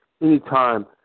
anytime